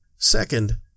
Second